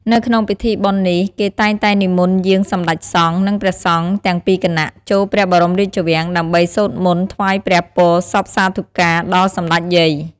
នៅក្នុងពិធីបុណ្យនេះគេតែងតែនិមន្តយាងសម្តេចសង្ឃ និងព្រះសង្ឃទាំងពីរគណៈចូលព្រះបរមរាជវាំងដើម្បីសូត្រមន្តថ្វាយព្រះពរសព្វសាធុការដល់សម្តេចយាយ។